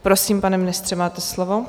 Prosím, pane ministře, máte slovo.